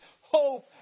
hope